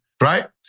right